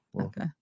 Okay